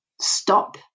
stop